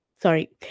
sorry